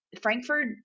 Frankfurt